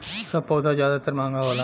सब पउधा जादातर महंगा होला